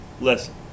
Listen